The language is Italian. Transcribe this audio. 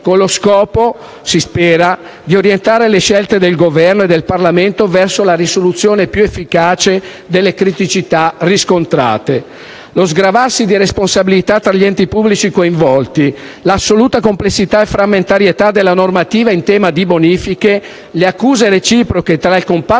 con lo scopo - si spera - di orientare le scelte del Governo e del Parlamento verso la risoluzione più efficace delle criticità riscontrate. Lo sgravarsi di responsabilità tra gli enti pubblici coinvolti, l'assoluta complessità e frammentarietà della normativa in tema di bonifiche, le accuse reciproche tra il comparto